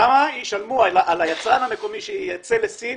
שם ישלמו, היצרן המקומי שייצא לסין,